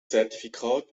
zertifikat